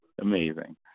amazing